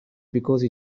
because